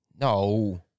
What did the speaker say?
No